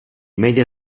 media